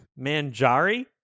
Manjari